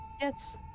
Yes